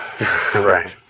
right